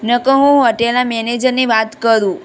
નકર હું હોટેલના મેનેજરને વાત કરું